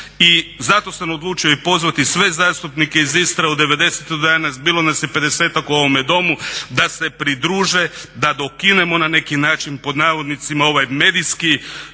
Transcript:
I zato sam odlučio i pozvati sve zastupnike iz Istre od devedesete do danas. Bilo nas je pedesetak u ovome Domu, da se pridruže, da dokinemo na neki način pod navodnicima ovaj medijski